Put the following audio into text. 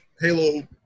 Halo